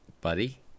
buddy